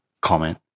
comment